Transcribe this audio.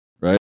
right